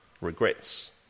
regrets